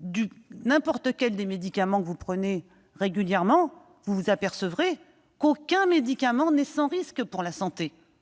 de n'importe lequel des médicaments que vous prenez régulièrement, vous vous apercevrez qu'aucun médicament n'est sans risque pour la santé.